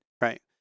Right